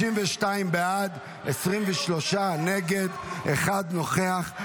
52 בעד, 23 נגד, אחד נוכח.